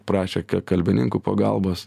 prašė kalbininkų pagalbos